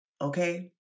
okay